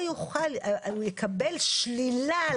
ואז נתת לו דקה לנמק.